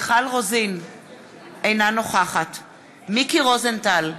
אינה נוכחת מיקי רוזנטל,